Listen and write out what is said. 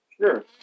Sure